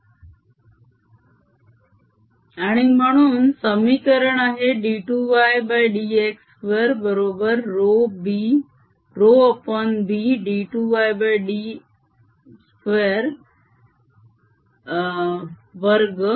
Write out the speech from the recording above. B2yx2ρ2yt2 आणि म्हणून समीकरण आहे d 2 y d x 2 बरोबर ρB d 2 y d 2 वर्ग